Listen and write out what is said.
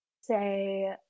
say